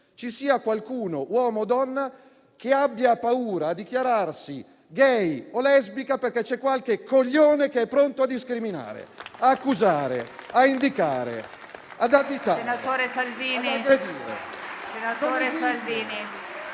ci sia qualcuno, uomo o donna, che abbia paura a dichiararsi *gay* o lesbica perché qualche coglione è pronto a discriminare, ad accusare, a indicare, ad additare,